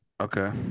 Okay